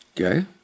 Okay